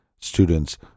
students